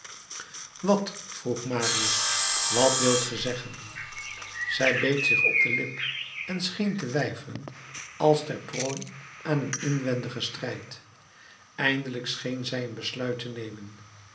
wat vroeg marius wat wilt ge zeggen zij beet zich op de lip en scheen te weifelen als ter prooi aan een inwendigen strijd eindelijk scheen zij een besluit te nemen